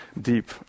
deep